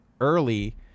early